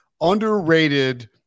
underrated